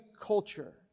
culture